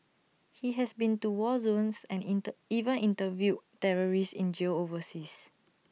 he has been to war zones and inter even interviewed terrorists in jails overseas